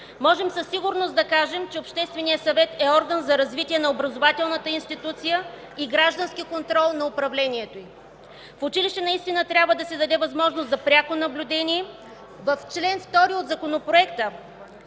Можем със сигурност да кажем, че Общественият съвет е орган за развитие на образователната институция и граждански контрол на управлението й – в училище наистина трябва да се даде възможност за пряко наблюдение. В чл. 2 от Законопроекта